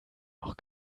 noch